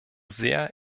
sehr